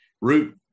root